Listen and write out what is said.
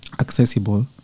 accessible